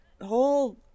whole